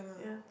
yeah